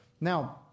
Now